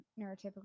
neurotypical